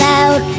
out